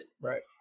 Right